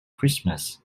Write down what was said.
christmas